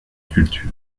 culture